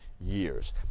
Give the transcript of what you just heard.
years